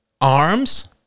arms